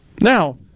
Now